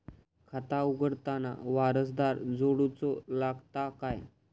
खाता उघडताना वारसदार जोडूचो लागता काय?